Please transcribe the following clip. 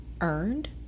earned